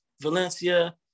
Valencia